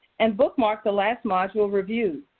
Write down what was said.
and bookmark the last module reviewed.